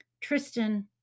Tristan